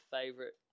favorite